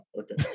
Okay